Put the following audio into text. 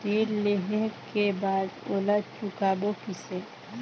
ऋण लेहें के बाद ओला चुकाबो किसे?